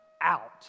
out